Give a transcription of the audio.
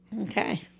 Okay